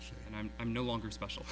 was and i'm i'm no longer special